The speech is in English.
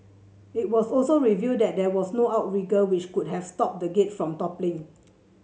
it was also revealed that there was no outrigger which could have stopped the gate from toppling